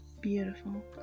beautiful